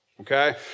okay